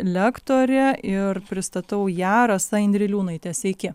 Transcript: lektorė ir pristatau ją rasa indriliūnaitė sveiki